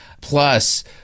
Plus